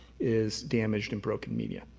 is damaged and broken media.